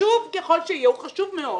החשוב ככל שיהיה, הוא חשוב מאוד,